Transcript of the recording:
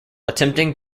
attempting